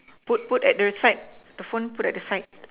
put put at the side the phone the phone put at the side